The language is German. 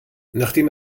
nachdem